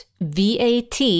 VAT